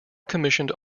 commissioned